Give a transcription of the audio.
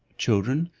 children,